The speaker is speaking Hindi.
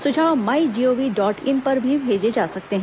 सुझाव माई जीओवी डॉट इन पर भी भेजे जा सकते हैं